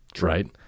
right